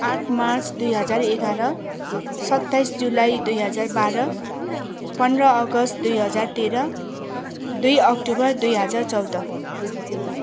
आठ मार्च दुई हजार एघार सत्ताइस जुलाई दुई हजार बाह्र पन्ध्र अगस्त दुई हजार तेह्र दुई अक्टोबर दुई हजार चौध